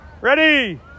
Ready